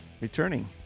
returning